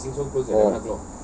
oh